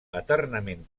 eternament